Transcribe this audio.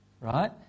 right